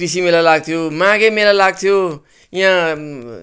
कृषि मेला लाग्थ्यो माघे मेला लाग्थ्यो यहाँ